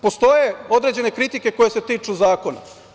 Postoje određene kritike koje se tiču zakona.